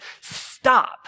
stop